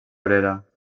obrera